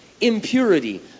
impurity